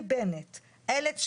עבירות טרור,